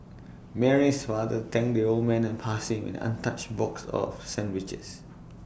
Mary's father thanked the old man and passed him an untouched box of sandwiches